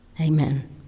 Amen